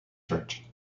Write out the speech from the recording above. church